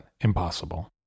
impossible